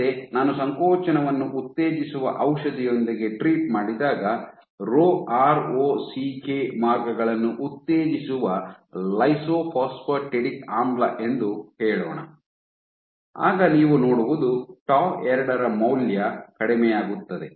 ಮತ್ತೆ ನಾನು ಸಂಕೋಚನವನ್ನು ಉತ್ತೇಜಿಸುವ ಔಷಧಿಯೊಂದಿಗೆ ಟ್ರೀಟ್ ಮಾಡಿದಾಗ rho R O C K ಮಾರ್ಗಗಳನ್ನು ಉತ್ತೇಜಿಸುವ ಲೈಸೋಫಾಸ್ಫಾಟಿಡಿಕ್ ಆಮ್ಲ ಎಂದು ಹೇಳೋಣ ಆಗ ನೀವು ನೋಡುವುದು ಟೌ ಎರಡರ ಮೌಲ್ಯವು ಕಡಿಮೆಯಾಗುತ್ತದೆ